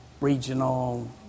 regional